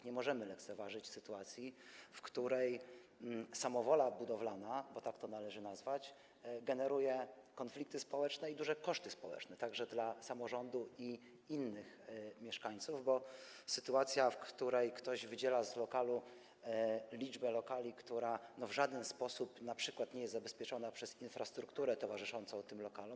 Nie możemy lekceważyć sytuacji, w której samowola budowlana, bo tak to należy nazwać, generuje konflikty społeczne i duże koszty społeczne, także dla samorządu i innych mieszkańców, bo sytuacja, w której ktoś wydziela z lokalu liczbę lokali, która w żaden sposób np. nie jest zabezpieczona przez infrastrukturę towarzyszącą tym lokalom.